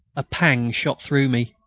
a pang shot through me.